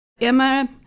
Emma